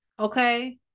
okay